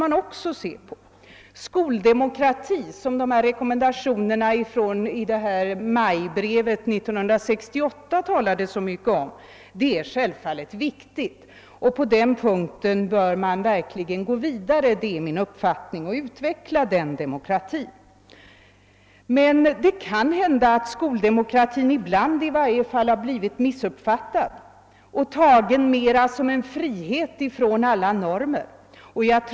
Sedan är självfallet också skoldemokratin, som det talas så mycket om i rekommendationerna i majbrevet 1968, mycket viktig. Den demokratin bör man gå vidare med och utveckla. Det är min uppfattning. Men det kan hända att skoldemokratin ibland har missuppfattats och att den tagits mera som en frihet från alla normer.